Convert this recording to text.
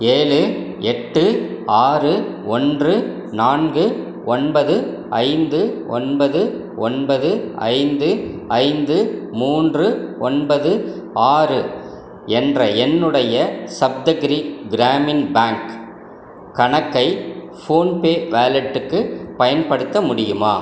ஏழு எட்டு ஆறு ஒன்று நான்கு ஒன்பது ஐந்து ஒன்பது ஒன்பது ஐந்து ஐந்து மூன்று ஒன்பது ஆறு என்ற என்னுடைய சப்தகிரி கிராமின் பேங்க் கணக்கை ஃபோன்பே வாலெட்டுக்கு பயன்படுத்த முடியுமா